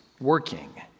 working